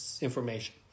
information